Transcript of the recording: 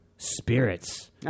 spirits